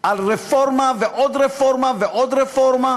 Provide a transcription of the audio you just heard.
על רפורמה ועוד רפורמה ועוד רפורמה,